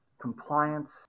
compliance